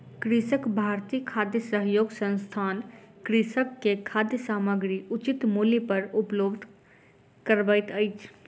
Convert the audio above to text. कृषक भारती खाद्य सहयोग संस्थान कृषक के खाद्य सामग्री उचित मूल्य पर उपलब्ध करबैत अछि